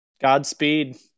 Godspeed